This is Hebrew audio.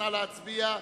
נא להצביע,